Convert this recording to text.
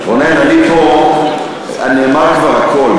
רונן, נאמר כבר הכול.